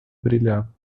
brilhava